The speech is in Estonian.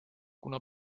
kuna